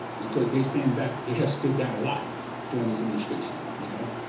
because they stand back, they have stood down a lot during this administration, you know,